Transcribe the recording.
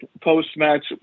post-match